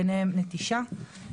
ביניהם נטישה.